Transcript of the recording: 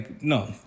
No